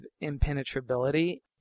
impenetrability